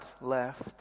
left